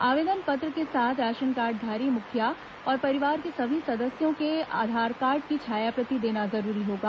आवेदन पत्र के साथ राशनकार्डधारी मुखिया और परिवार के सभी सदस्यों के आधारकार्ड की छायाप्रति देना जरूरी होगा